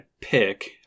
pick